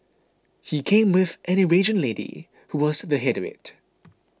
he came with an Eurasian lady who was the head of it